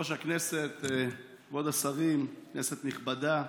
יושב-ראש הישיבה, כבוד השרים, כנסת נכבדה,